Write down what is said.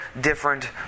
different